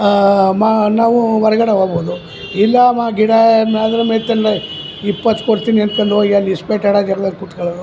ಮಾ ನಾವು ಹೊರ್ಗಡೆ ಹೋಗ್ಬೋದು ಇಲ್ಲ ಅವ ಗಿಡನಾದರು ಇಪ್ಪತ್ತು ಕೊಡ್ತಿನಿ ಅನ್ಕೊಂಡು ಹೋಗಿ ಅಲ್ಲಿ ಇಸ್ಪೀಟ್ ಆಡೋಕ್ ಕುತ್ಕೊಳೋದು